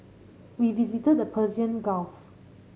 we visited the Persian Gulf